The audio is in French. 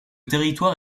territoire